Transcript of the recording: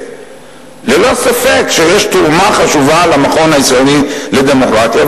ללא ספק יש תרומה חשובה למכון הישראלי לדמוקרטיה,